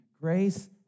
grace